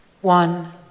One